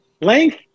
length